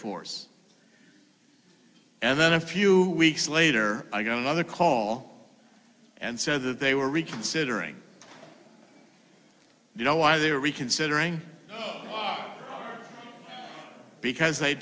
force and then a few weeks later i got another call and said that they were reconsidering you know why they are reconsidering the law because they